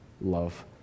love